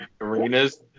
arenas